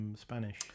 Spanish